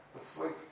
asleep